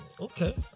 okay